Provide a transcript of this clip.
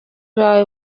bawe